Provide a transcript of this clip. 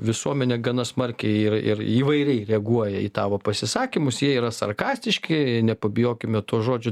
visuomenė gana smarkiai ir ir įvairiai reaguoja į tavo pasisakymus jie yra sarkastiški nepabijokime to žodžio